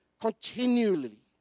continually